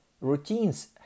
Routines